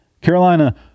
Carolina